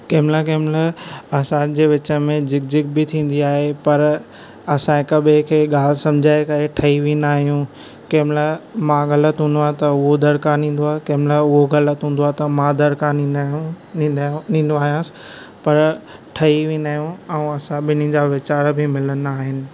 कंहिं महिल कंहिं महिल असां जे विच में झिक झिक बि थीन्दी आहे पर असां हिक ॿिए खे ॻाल्ह समिझाए करे ठही वेंदा आहियूं कंहिं महिल मां ग़लत हून्दो आहियां त हू दड़का ॾीन्दो आहे कंहिं महिल हू ग़लत हून्दो आहे मां दड़िका ॾीन्दा आहियूं ॾींदो आयांसिं पर ठही वेंदा आहियूं ऐं असां जा विचार बि मिलन्दा आहिनि